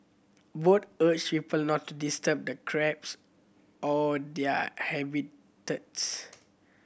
both urged people not to disturb the crabs or their habitats